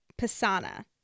Pisana